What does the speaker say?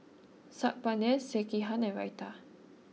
Saag Paneer Sekihan and Raita